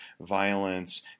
violence